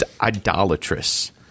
idolatrous